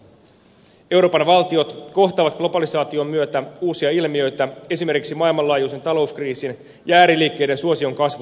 euroopan valtiot kohtaavat globalisaation myötä uusia ilmiöitä esimerkiksi maailmanlaajuisen talouskriisin ja ääriliikkeiden suosion kasvun muodossa